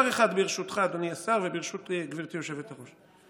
ברשותך, אדוני השר, וברשות גברתי היושבת-ראש.